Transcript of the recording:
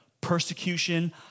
persecution